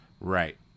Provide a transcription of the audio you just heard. Right